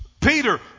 Peter